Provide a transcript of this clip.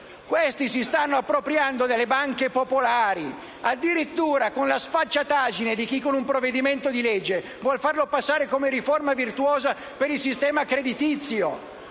Questi si stanno appropriando delle banche popolari, addirittura con la sfacciataggine di chi con un provvedimento di legge vuol farlo passare come riforma virtuosa per il sistema creditizio,